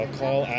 call